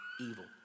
evil